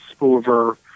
over